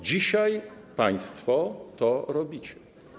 Dzisiaj państwo to robicie.